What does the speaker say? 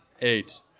eight